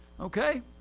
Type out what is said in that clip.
Okay